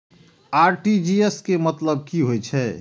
RTGS के मतलब की होय ये?